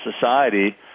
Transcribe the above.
society